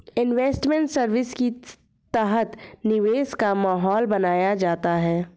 investment service के तहत निवेश का माहौल बनाया जाता है